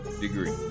degree